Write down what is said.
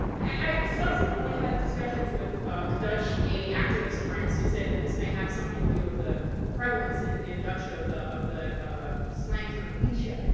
i subsequently had discussions with dutch gay activist friends who say that this may have something to do with the prevalence in and dutch of the of the slang term michel,